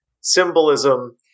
symbolism